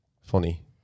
funny